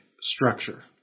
structure